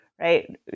right